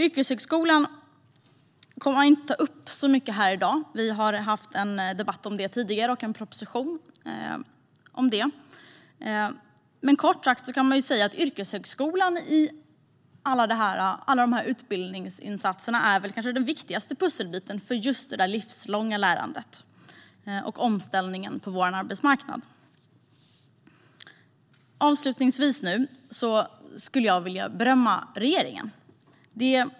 Yrkeshögskolan kommer jag inte att ta upp så mycket här i dag, för vi har haft en proposition och en debatt om det tidigare. Kort kan man säga att yrkeshögskolan kanske är den viktigaste pusselbiten i alla de här utbildningsinsatserna för just det livslånga lärandet och omställningen på vår arbetsmarknad. Avslutningsvis vill jag berömma regeringen.